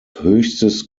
höchstes